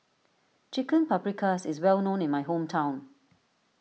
Chicken Paprikas is well known in my hometown